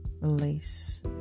release